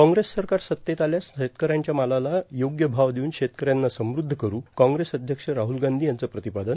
काँग्रेस सरकार सत्तेत आल्यास शेतकऱ्यांच्या मालाला योग्य भाव देऊन शेतकऱ्यांना समृद्ध करू काँग्रेस अध्यक्ष राहुल गांधी यांचं प्रतिपादन